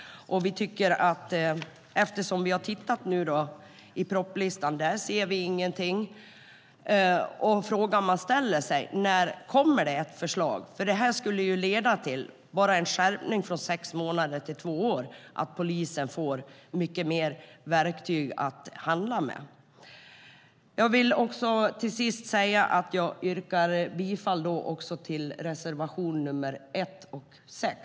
Eftersom vi har tittat i propositionslistan och inte sett någonting är den fråga man ställer sig: När kommer det ett förslag? Bara en skärpning från sex månader till två år skulle ju leda till att polisen får mycket mer verktyg att handla med. Jag vill till sist yrka bifall också till reservationerna nr 1 och 6.